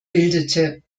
bildete